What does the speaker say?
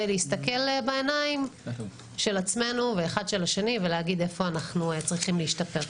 להסתכל בעיניים של עצמנו ואחד של השני ולהגיד איפה אנחנו צריכים להשתפר.